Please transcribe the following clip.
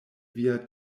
via